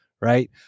right